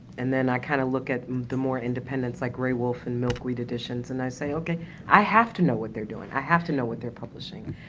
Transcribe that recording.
and then i kind of look at the more independents like graywolf, and milkweed edition, and i say okay i have to know what they're doing, i have to know what they're publishing.